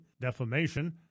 defamation